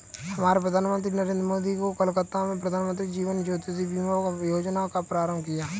हमारे प्रधानमंत्री नरेंद्र मोदी ने कोलकाता में प्रधानमंत्री जीवन ज्योति बीमा योजना का प्रारंभ किया